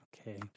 Okay